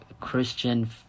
Christian